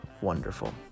wonderful